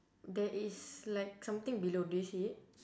there is like something below do you see it